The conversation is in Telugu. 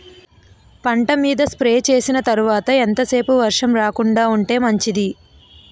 పంట మీద స్ప్రే చేసిన తర్వాత ఎంత సేపు వర్షం రాకుండ ఉంటే మంచిది?